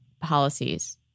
policies